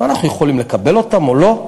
ואנחנו יכולים לקבל אותן או לא,